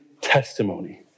testimony